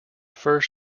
first